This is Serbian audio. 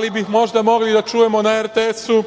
li bi možda mogli da čujemo na RTS-u